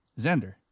Xander